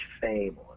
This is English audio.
fame